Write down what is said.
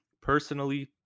Personally